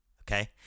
Okay